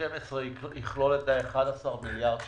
1/12 יכלול את ה-11 מיליארד שקלים?